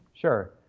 Sure